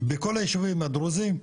בכל הישובים הדרוזים,